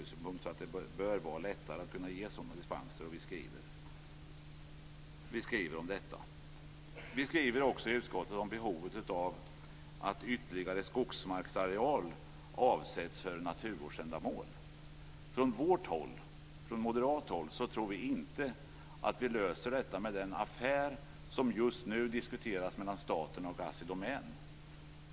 Det bör vara lättare att ge sådana dispenser. Vi skriver i utskottsbetänkandet om behovet av att ytterligare skogsmarksareal avsätts för naturvårdsändamål. Från moderat håll tror vi inte att det löses med den affär som just nu diskuteras mellan staten och Assi Domän.